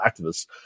activists